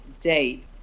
date